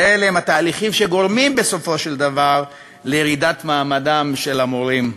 ואלה הם התהליכים שתורמים בסופו של דבר לירידת מעמדם של המורים,